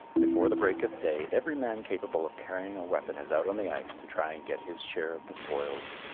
before the break of day every man capable of carrying a weapon is out on the ice to try and get his share of the spoils.